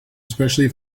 especially